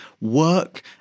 Work